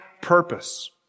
purpose